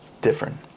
different